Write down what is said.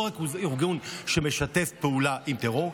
זה לא רק ארגון שמשתף פעולה עם טרור.